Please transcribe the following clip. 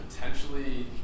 Potentially